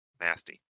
nasty